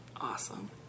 Awesome